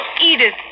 Edith